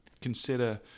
consider